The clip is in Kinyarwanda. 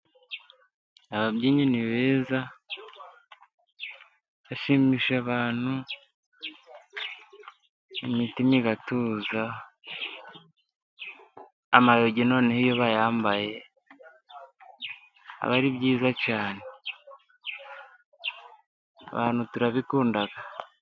Ababyinnyi ni beza ,bashimisha abantu imitima igatuza, amayogi noneho iyo bayambaye aba ari byiza cyane, abantu turabikunda.